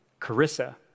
Carissa